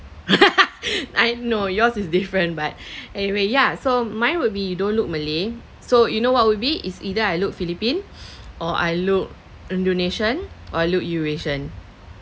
I know yours is different but anyway ya so mine would be you don't look malay so you know what would be it's either I look philippine or I look indonesian or I look eurasian